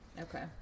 Okay